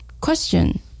Question